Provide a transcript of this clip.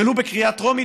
ולו בקריאה טרומית,